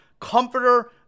Comforter